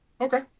Okay